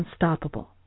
unstoppable